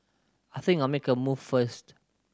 I think I'll make a move first